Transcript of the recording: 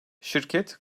şirket